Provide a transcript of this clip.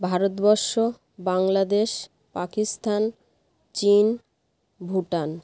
ভারতবর্ষ বাংলাদেশ পাকিস্তান চীন ভুটান